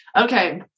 Okay